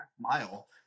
mile